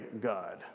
God